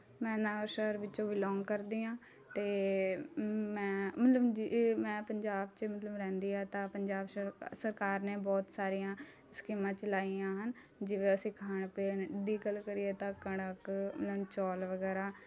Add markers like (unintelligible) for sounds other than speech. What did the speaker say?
ਮੈਂ ਨਵਾਂਸ਼ਹਿਰ ਵਿੱਚੋਂ ਬਿਲੋਂਗ ਕਰਦੀ ਹਾਂ ਅਤੇ ਮੈਂ ਮਤਲਮ ਜੇ ਮੈਂ ਪੰਜਾਬ 'ਚ ਮਤਲਬ ਰਹਿੰਦੀ ਹਾਂ ਤਾਂ ਪੰਜਾਬ ਸ਼ਰ ਸਰਕਾਰ ਨੇ ਬਹੁਤ ਸਾਰੀਆਂ ਸਕੀਮਾਂ ਚਲਾਈਆਂ ਹਨ ਜਿਵੇਂ ਅਸੀਂ ਖਾਣ ਪੀਣ ਦੀ ਗੱਲ ਕਰੀਏ ਤਾਂ ਕਣਕ (unintelligible) ਚੌਲ ਵਗੈਰਾ